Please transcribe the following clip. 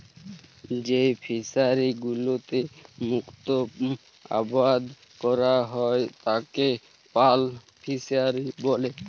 যেই ফিশারি গুলোতে মুক্ত আবাদ ক্যরা হ্যয় তাকে পার্ল ফিসারী ব্যলে